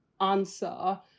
answer